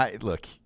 Look